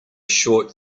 short